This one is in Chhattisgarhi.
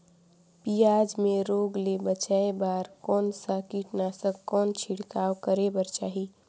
पियाज मे रोग ले बचाय बार कौन सा कीटनाशक कौन छिड़काव करे बर चाही?